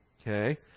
Okay